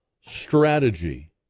strategy